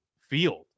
field